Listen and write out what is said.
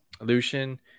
Lucian